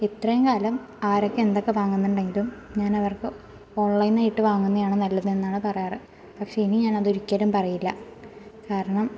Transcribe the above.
ഇത്രയും കാലം ആരൊക്കെ എന്തൊക്കെ വാങ്ങുന്നുണ്ടെങ്കിലും ഞാനവർക്ക് ഓൺലൈനായിട്ട് വാങ്ങുന്നതാണ് നല്ലതെന്നാണ് പറയാറ് പക്ഷേ ഇനി ഞാനതൊരിക്കലും പറയില്ല കാരണം